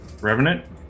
Revenant